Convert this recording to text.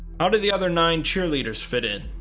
how do the other nine cheerleaders fit in?